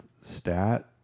stat